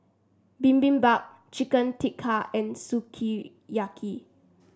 Bibimbap Chicken Tikka and Sukiyaki